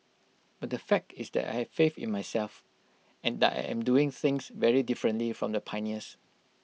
but the fact is that I have faith in myself and that I am doing things very differently from the pioneers